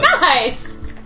Nice